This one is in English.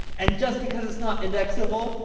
and just because it's not indexable,